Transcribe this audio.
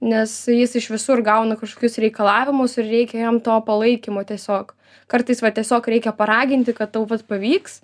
nes jis iš visų ir gauna kažkokius reikalavimus ir reikia jam to palaikymo tiesiog kartais va tiesiog reikia paraginti kad tau vat pavyks